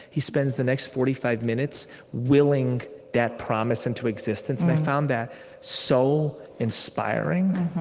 he spends the next forty five minutes willing that promise into existence, and i found that so inspiring.